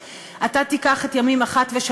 אז הוא יקבל באמת את השיפוי,